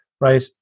right